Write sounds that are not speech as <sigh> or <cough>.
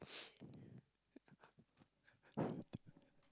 <noise>